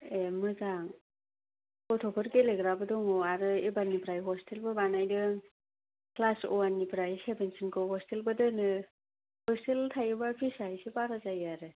ए मोजां गथ'फोर गेलेग्राबो दङ आरो एबारनिफ्राय हस्तेलबो बानायदों ख्लास अ'वाननिफ्राय सेबेनसिमखौ हस्तेलबो दोनो हस्तेल थायोबा पिसआ ऐसे बारा जायो आरो